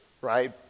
right